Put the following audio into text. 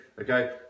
okay